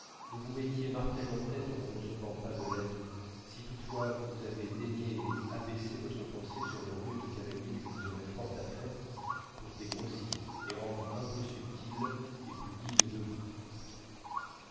ne vous mettiez martel en tête en ne recevant pas de lettre si toutefois vous avez daigné abaisser votre pensée sur le rude cavalier que vous aurez fort à faire pour dégrossir et rendre un peu plus subtil et plus digne de vous